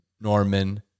Norman